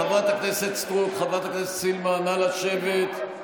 חברת הכנסת סטרוק, חברת הכנסת סילמן, נא לשבת.